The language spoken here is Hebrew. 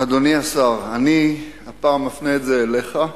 אדוני השר, אני הפעם מפנה את זה אליך,